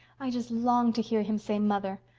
i just long to hear him say mother.